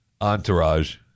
Entourage